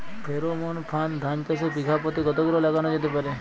Pheromone ফাঁদ ধান চাষে বিঘা পতি কতগুলো লাগানো যেতে পারে?